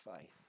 faith